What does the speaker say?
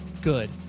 good